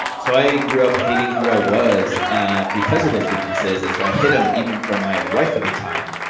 so i grew up hating who i was ah because of those weaknesses. and so i hid them even from my wife at the time.